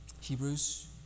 Hebrews